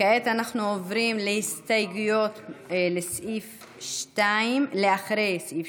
כעת אנחנו עוברים להסתייגויות אחרי סעיף